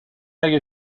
اگه